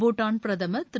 பூடான் பிரதமர் திரு